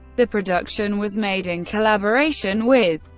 the production was made in collaboration with,